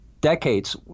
decades